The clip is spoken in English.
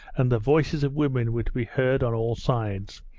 and the voices of women were to be heard on all sides,